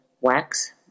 wax